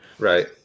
Right